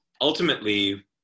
ultimately